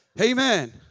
Amen